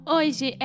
Hoje